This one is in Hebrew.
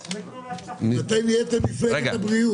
אתם נהייתם מפלגת הבריאות.